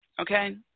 Okay